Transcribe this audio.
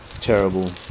Terrible